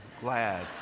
glad